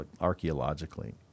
archaeologically